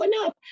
enough